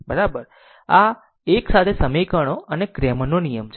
આમ આ એક સાથે સમીકરણો અને ક્રેમર નો નિયમ છે